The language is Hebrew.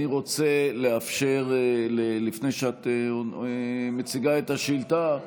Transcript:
אני רוצה, לפני שאת מציגה את השאילתה,